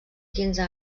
quinze